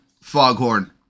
foghorn